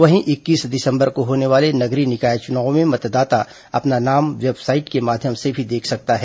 वहीं इक्कीस दिसंबर को होने वाले नगरीय निकाय चुनावों में मतदाता अपना नाम वेबसाइट के माध्यम से भी देख सकता है